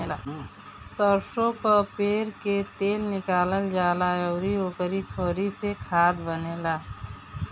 सरसो कअ पेर के तेल निकालल जाला अउरी ओकरी खरी से खाद बनेला